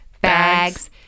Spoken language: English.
Bags